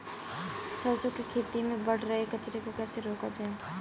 सरसों की खेती में बढ़ रहे कचरे को कैसे रोका जाए?